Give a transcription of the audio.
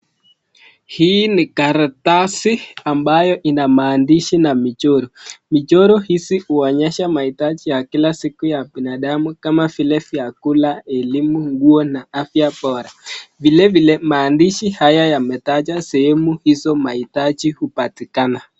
Hii ni karatasi ambayo ina maandishi na michoro. Michoro hizi uonyesha mahitaji ya kila siku ya binadamu kama vile vyakula, elimu, nguo na afya bora. Vilevile, maandishi haya yametaja sehemu hizo mahitaji hupatikana.